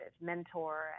mentor